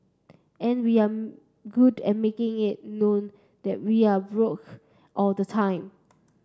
and we're good at making it known that we are broke all the time